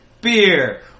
beer